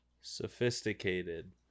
Sophisticated